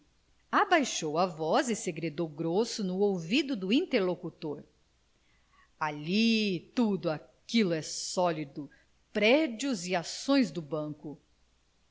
abaixou a voz e segredou grosso no ouvido do interlocutor ali tudo aquilo é sólido prédios e ações do banco